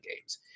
games